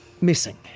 missing